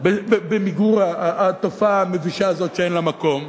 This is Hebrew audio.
במיגור התופעה המבישה הזאת, שאין לה מקום,